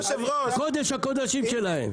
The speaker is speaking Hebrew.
קודש הקודשים שלהם.